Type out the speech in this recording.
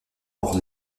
mort